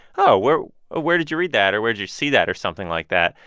oh, where ah where did you read that, or where do you see that, or something like that.